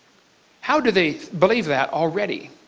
how do they believe that already?